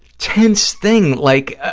tense thing, like, ah